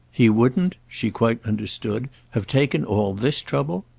he wouldn't she quite understood have taken all this trouble?